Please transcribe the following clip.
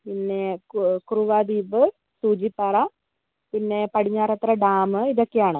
പിന്നേ കു കുറുവാ ദ്വീപ് സൂചിപ്പാറ പിന്നെ പടിഞ്ഞാറേത്തറ ഡാമ് ഇതൊക്കെയാണ്